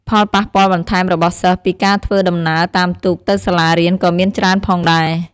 ផលប៉ះពាល់បន្ថែមរបស់សិស្សពីការធ្វើដំណើរតាមទូកទៅសាលារៀនក៏មានច្រើនផងដែរ។